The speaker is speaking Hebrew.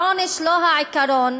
העונש הוא לא העיקרון.